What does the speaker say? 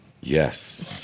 Yes